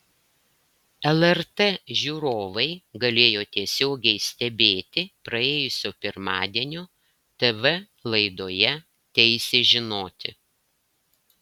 lrt žiūrovai galėjo tiesiogiai stebėti praėjusio pirmadienio tv laidoje teisė žinoti